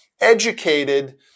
educated